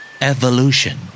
Evolution